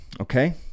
okay